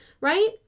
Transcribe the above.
right